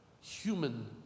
human